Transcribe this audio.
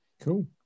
Cool